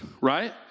right